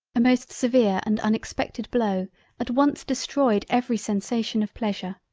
a most severe and unexpected blow at once destroyed every sensation of pleasure.